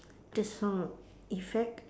the sound effect